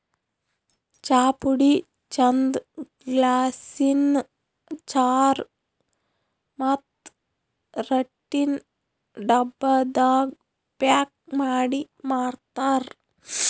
ಚಾಪುಡಿ ಚಂದ್ ಗ್ಲಾಸಿನ್ ಜಾರ್ ಮತ್ತ್ ರಟ್ಟಿನ್ ಡಬ್ಬಾದಾಗ್ ಪ್ಯಾಕ್ ಮಾಡಿ ಮಾರ್ತರ್